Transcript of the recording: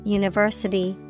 university